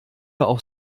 auf